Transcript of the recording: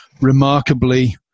remarkably